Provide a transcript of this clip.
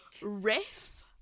Riff